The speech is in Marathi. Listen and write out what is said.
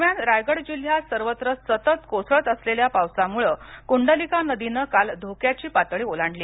दरम्यान रायगड जिल्ह्यात सर्वत्र सतत कोसळत असलेल्या पावसामुळे कुंडलिका नदीने काल धोक्याची पातळी ओलांडली